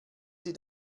sie